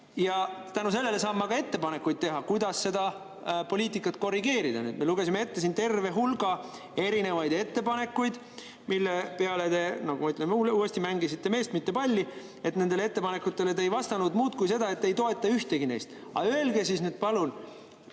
Ja tänu sellele saan ma teha ettepanekuid, kuidas seda poliitikat korrigeerida. Me lugesime ette terve hulga erinevaid ettepanekuid, mille peale te, ma ütlen uuesti, mängisite meest, mitte palli. Nende ettepanekute peale te ei vastanud muud kui seda, et ei toeta ühtegi neist. Aga öelge palun,